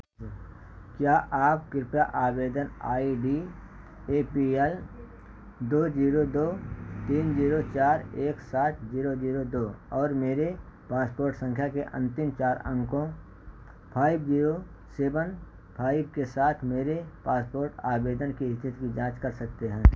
क्या आप कृपया आवेदन I D A P L दो जीरो दो तीन जीरो चार एक सात शून्य शून्य दो और मेरे पासपोर्ट संख्या के अंतिम चार अंकों फाइव जीरो सेवन फाइव के साथ मेरे पासपोर्ट आवेदन की स्थिति की जाँच कर सकते हैं